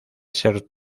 ser